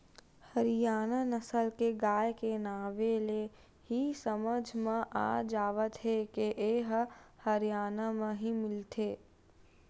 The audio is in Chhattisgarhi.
हरियाना नसल के गाय के नांवे ले ही समझ म आ जावत हे के ए ह हरयाना म ही मिलथे